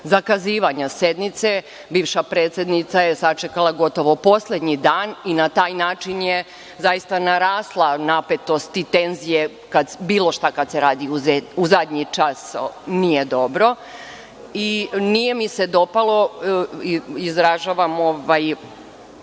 zakazivanja sednice. Bivša predsednica je sačekala gotovo poslednji dan i na taj način je zaista narasla napetost i tenzija. Bilo šta kada se radi u zadnji čas nije dobro. Nije mi se dopalo i izražavam svoje